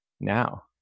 now